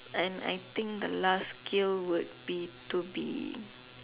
and I think the last skill would be to be